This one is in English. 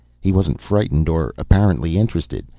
he wasn't frightened or apparently interested.